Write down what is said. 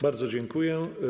Bardzo dziękuję.